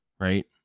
right